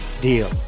deal